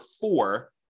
four